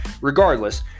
regardless